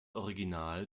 original